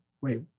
wait